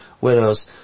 widows